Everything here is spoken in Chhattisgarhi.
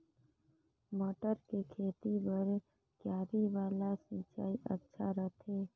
मटर के खेती बर क्यारी वाला सिंचाई अच्छा रथे?